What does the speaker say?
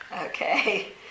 Okay